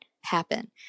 happen